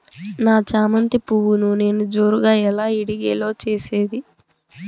నా చామంతి పువ్వును నేను జోరుగా ఎలా ఇడిగే లో చేసేది?